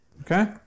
Okay